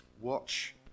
Watch